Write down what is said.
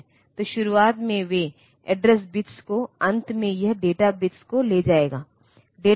तो शुरुआत में वे एड्रेस बिट्स को अंत में यह डेटा बिट्स को ले जाएगा